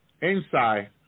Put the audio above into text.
inside